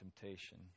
temptation